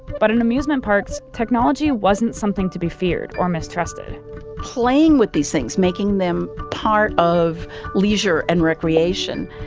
but in amusement parks, technology wasn't something to be feared or mistrusted playing with these things, making them part of leisure and recreation,